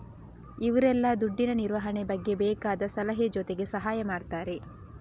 ಇವ್ರೆಲ್ಲ ದುಡ್ಡಿನ ನಿರ್ವಹಣೆ ಬಗ್ಗೆ ಬೇಕಾದ ಸಲಹೆ ಜೊತೆಗೆ ಸಹಾಯ ಮಾಡ್ತಾರೆ